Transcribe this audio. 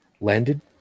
landed